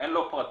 אין לו פרטיות.